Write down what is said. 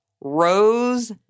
Rose